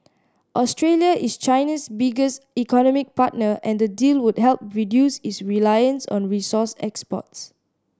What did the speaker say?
Australia is China's biggest economic partner and the deal would help reduce its reliance on resource exports